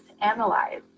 analyze